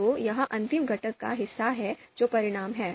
तो यह अंतिम घटक का हिस्सा है जो परिणाम है